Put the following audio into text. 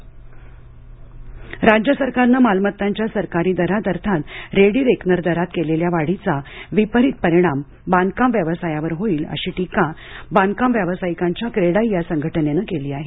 बाधकाम व्यवसाय राज्य सरकारने मालमत्तांच्या सरकारी दरात अर्थात रेडी रेकनर दरात केलेल्या वाढीचा विपरीत परिणाम बांधकाम व्यवसायावर होईल अशी टीका बांधकाम व्यावसायिकांच्या क्रेडाई या संघटनेनं केली आहे